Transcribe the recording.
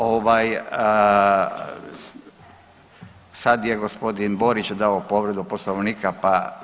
Ovaj, sad je gospodin Borić dao povredu Poslovnika, pa